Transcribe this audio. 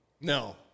No